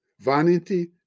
Vanity